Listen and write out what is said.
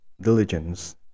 diligence